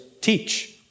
teach